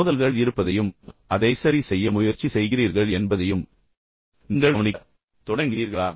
மோதல்கள் இருப்பதையும் மோதல்கள் இருப்பதையும் பின் அதை சரி செய்ய நீங்கள் முயற்சி செய்கிறீர்கள் என்பதையும் நீங்கள் கவனிக்க தொடங்கினீர்களா